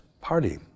party